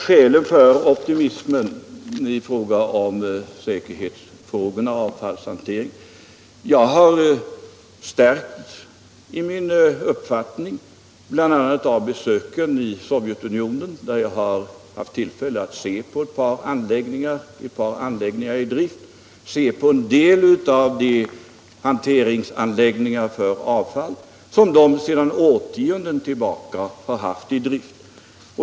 Skälen för min optimism när det gäller säkerhetsfrågorna och avfallshanteringen är att jag har styrkts i min uppfattning bl.a. av besöken i Sovjetunionen, där jag haft tillfälle att se på ett par anläggningar i drift och på en del av de avfallshanteringsanläggningar som man där sedan årtionden tillbaka har i drift.